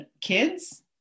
kids